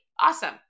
awesome